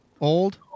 Old